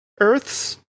Earth's